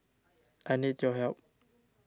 I need your help